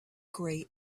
grey